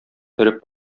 өреп